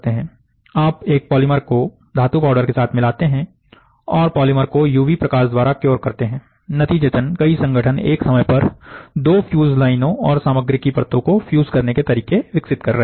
आप एक पॉलीमर को धातु पाउडर के साथ मिलाते हैं और पॉलीमर को यूवी प्रकाश द्वारा क्योर करते हैं नतीजतन कई संगठन एक समय पर दो फ्यूज लाइनों और सामग्री की परतों को फ्यूज करने के तरीके विकसित कर रहे हैं